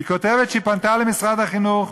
היא כותבת שהיא פנתה למשרד החינוך